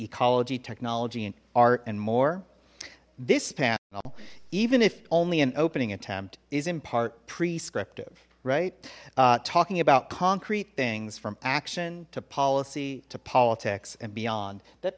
ecology technology and art and more this panel even if only an opening attempt is in part prescriptive right talking about concrete things from action to policy to politics and beyond that